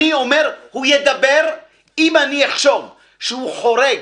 אני אומר, הוא ידבר, אם אני אחשוב שהוא חורג